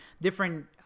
different